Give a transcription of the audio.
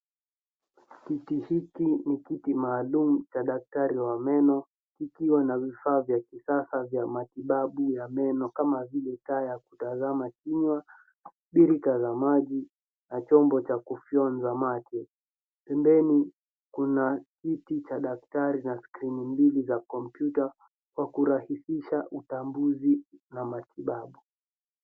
Kiti hiki ni kiti maalum cha daktari wa meno kikiwa na vifaa vya kisasa vya matibabu ya meno kama vile taa ya kutazama kinywa, birika za maji na chombo cha kufyonza mate. Pembeni kuna kiti cha daktari na skrini mbili za kompyuta kwa kurahisisha utambuzi na matibabu.